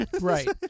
Right